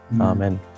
Amen